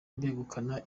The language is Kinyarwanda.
begukana